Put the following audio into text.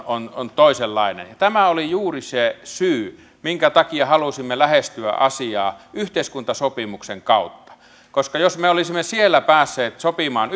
on on toisenlainen tämä oli juuri se syy minkä takia halusimme lähestyä asiaa yhteiskuntasopimuksen kautta koska jos me olisimme siellä päässeet sopimaan